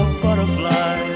butterfly